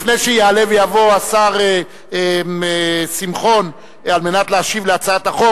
לפני שיעלה ויבוא השר שמחון כדי להשיב על הצעת החוק,